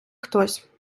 хтось